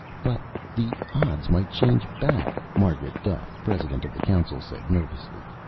but the odds might change back, margaret duffe, president of the council, said nervously.